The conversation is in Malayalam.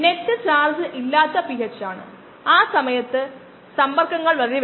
എൻസൈമുകളുടെ ഗതികത അറിയേണ്ടതുണ്ടെന്ന് നമ്മൾ പറഞ്ഞു